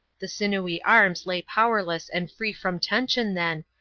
the sinewy arms lay powerless and free from tension then,